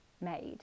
made